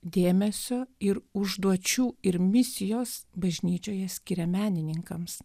dėmesio ir užduočių ir misijos bažnyčioje skiria menininkams